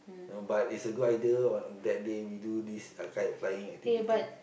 no but it's a good idea on that day we do this uh kite flying activity